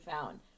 found